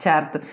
Certo